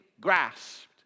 grasped